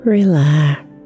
relax